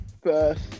first